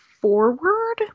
forward